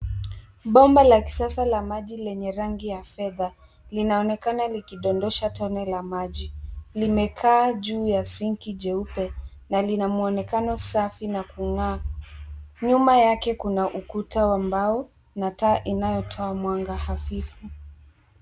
Bomba la kisasa la maji lenye rangi ya fedha linaoneka likidondosha tone la maji, limekaa juu ya sinki jeupe na lina mwonekano safi na kungaa. Nyuma yake kuna ukuta wa mbao na taa inayotoa mwanga hafifu.